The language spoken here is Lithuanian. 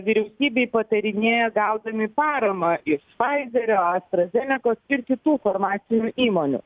vyriausybei patarinėja gaudami paramą iš faizerio astra zenekos ir kitų farmacinių įmonių